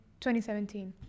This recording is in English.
2017